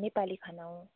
नेपाली खाना हो